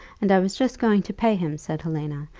and i was just going to pay him, said helena,